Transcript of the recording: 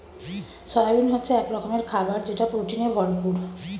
soybean হচ্ছে এক রকমের খাবার যেটা প্রোটিনে ভরপুর